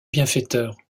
bienfaiteur